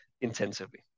intensively